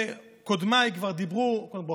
ברכות,